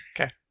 Okay